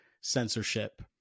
censorship